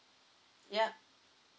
yup